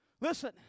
Listen